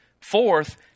Fourth